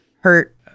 hurt